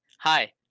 Hi